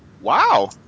Wow